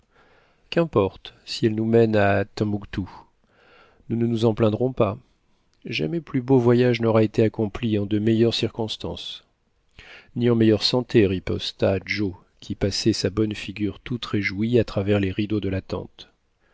si elle nous mène à tombouctou nous ne nous en plaindrons pas jamais plus beau voyage n'aura été accompli en de meilleures circonstances ni en meilleure santé riposta joe qui passait sa bonne figure toute réjouie à travers les rideaux de